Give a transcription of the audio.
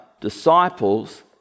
disciples